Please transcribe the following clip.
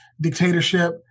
dictatorship